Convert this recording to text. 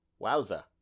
wowza